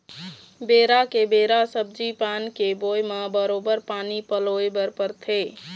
बेरा के बेरा सब्जी पान के बोए म बरोबर पानी पलोय बर परथे